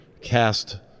cast